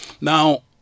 Now